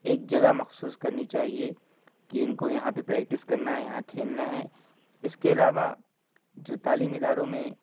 ایک جگہ مخصوص کرنی چاہیے کہ ان کو یہاں پہ پریکٹس کرنا ہے یہاں کھیلنا ہے اس کے علاوہ جو تعلیمی اداروں میں